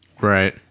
Right